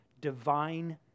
divine